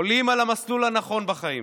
עולים על המסלול הנכון בחיים.